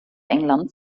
englands